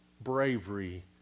bravery